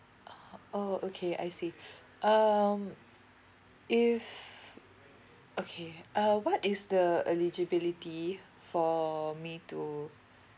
uh oh okay I see um if okay uh what is the eligibility for me to